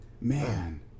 Man